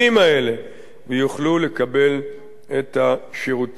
והם יוכלו לקבל את השירותים כפי שצריך.